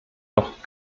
noch